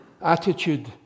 Attitude